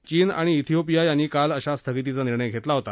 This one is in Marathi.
चीन आणि श्रीयोपिया यांनी काल अशा स्थगितीचा निर्णय घेतला होता